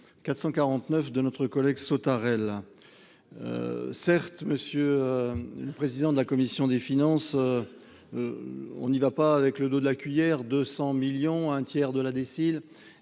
449 de notre collègue Sautarel certes, monsieur le président de la commission des finances, on y va pas avec le dos de la cuillère 200 millions, un tiers de la décile